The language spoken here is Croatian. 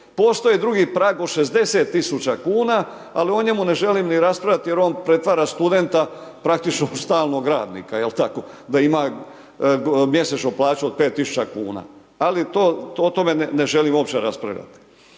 postoje drugi prag od 60.000 kuna ali o njemu ne želim ni raspravljati jer on pretvara studenta praktično u stalnog radnika, je tako, da ima mjesečno plaću od 5.000 kuna, ali o tome ne želim uopće raspravljati.